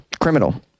criminal